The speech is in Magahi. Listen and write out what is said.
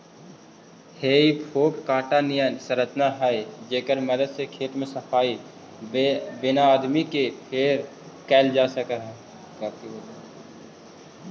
हेइ फोक काँटा निअन संरचना हई जेकर मदद से खेत के सफाई वआदमी से कैल जा हई